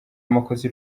amakosa